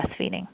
breastfeeding